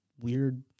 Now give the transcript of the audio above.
weird